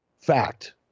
Fact